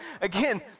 Again